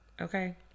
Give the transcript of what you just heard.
okay